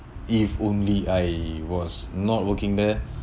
if only I was not working there